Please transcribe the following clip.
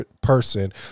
person